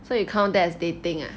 so you count that as dating ah